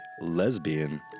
lesbian